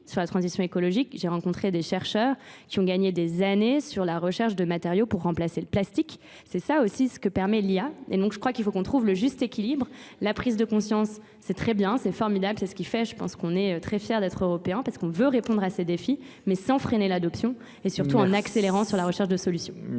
sur la transition écologique. J'ai rencontré des chercheurs qui ont gagné des années sur la recherche de matériaux pour remplacer le plastique. C'est ça aussi ce que permet l'IA. Et donc je crois qu'il faut qu'on trouve le juste équilibre. La prise de conscience, c'est très bien, c'est formidable, c'est ce qui fait, je pense, qu'on est très fiers d'être européens parce qu'on veut répondre à ces défis mais sans freiner l'adoption et surtout en accélérant sur la recherche de solutions. Merci